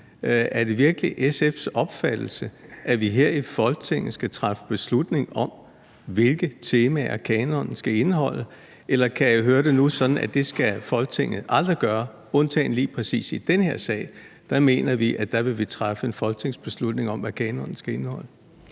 om det virkelig er SF's opfattelse, at vi her i Folketinget skal træffe beslutning om, hvilke temaer kanonen skal indeholde. Eller hører jeg nu, at det skal Folketinget aldrig gøre, undtagen lige præcis i den her sag, for der mener vi, at vi vil træffe en folketingsbeslutning om, hvad kanonen skal indeholde?